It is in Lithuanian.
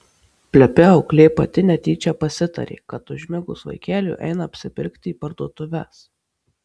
plepi auklė pati netyčia prasitarė kad užmigus vaikeliui eina apsipirkti į parduotuves